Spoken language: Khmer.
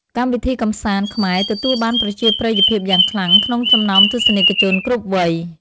កម្មវិធីកម្សាន្ត ខ្មែរទទួលបានប្រជាប្រិយភាពយ៉ាងខ្លាំងក្នុងចំណោមទស្សនិកជនគ្រប់វ័យ។